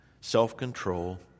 self-control